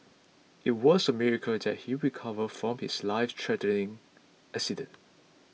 it was a miracle that he recovered from his lifethreatening accident